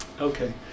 Okay